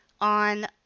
on